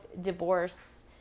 divorce